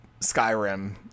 Skyrim